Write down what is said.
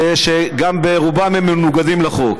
שברובם גם מנוגדים לחוק.